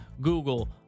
Google